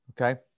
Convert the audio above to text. Okay